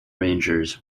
rangers